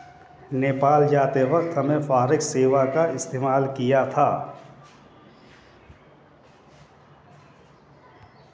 नेपाल जाते वक्त हमने फॉरेक्स सेवा का इस्तेमाल किया था